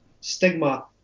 stigma